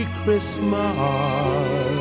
christmas